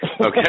Okay